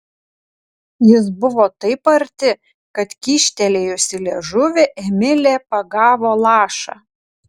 jis buvo taip arti kad kyštelėjusi liežuvį emilė pagavo lašą